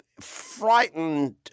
frightened